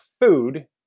food